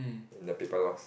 in the paper lose